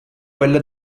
quella